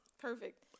perfect